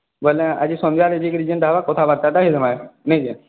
ବୋଲେ ଆଜି ସନ୍ଧ୍ୟାରେ ଯିକିରି ଯେନ୍ଟା ହେବା କଥାବାର୍ତ୍ତାଟା ହେଇଦେମା ନାଇଁ କେଁ